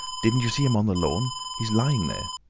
didn't you see him on the lawn? he's lying there.